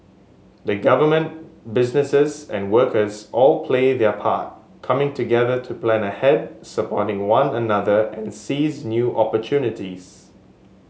the government businesses and workers all play their part coming together to plan ahead support one another and seize new opportunities